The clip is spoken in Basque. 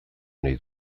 nahi